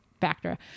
factor